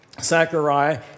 Zechariah